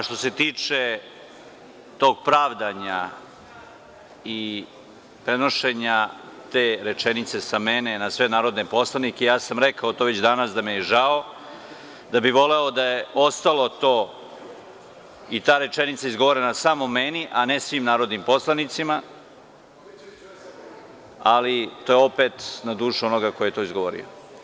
Što se tiče tog pravdanja i prenošenja te rečenice sa mene na sve narodne poslanike, ja sam rekao to već danas da mi je žao, da bih voleo da je ostalo to i ta rečenica izgovorena samo meni, a ne svim narodnim poslanicima, ali to je opet na dušu onoga ko je to izgovorio.